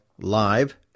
Live